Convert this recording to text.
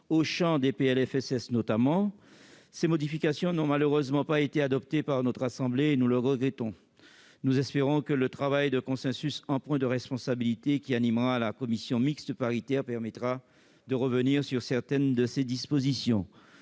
le champ des PLFSS. Ces modifications n'ont malheureusement pas été adoptées par notre assemblée et nous le regrettons. Nous espérons que le travail de consensus empreint de responsabilité qui animera la commission mixte paritaire permettra de revenir sur certaines dispositions.